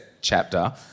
chapter